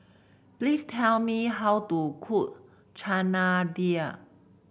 please tell me how to cook Chana Dal